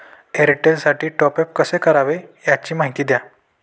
एअरटेलसाठी टॉपअप कसे करावे? याची माहिती द्या